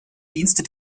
dienste